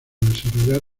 desarrollar